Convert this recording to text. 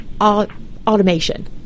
automation